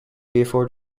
before